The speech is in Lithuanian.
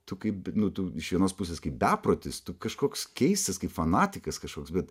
tu kaip nu tu iš vienos pusės kaip beprotis tu kažkoks keistas kaip fanatikas kažkoks bet